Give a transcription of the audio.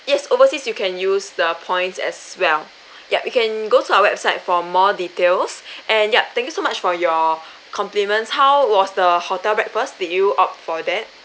yes overseas you can use the points as well yup you can go to our website for more details and yup thank you so much for your compliments how was the hotel breakfast did you opt for that